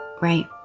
Right